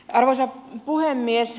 arvoisa puhemies